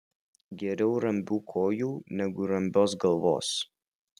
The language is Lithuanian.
geriau rambių kojų negu rambios galvos